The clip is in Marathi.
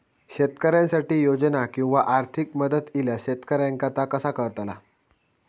शेतकऱ्यांसाठी योजना किंवा आर्थिक मदत इल्यास शेतकऱ्यांका ता कसा कळतला?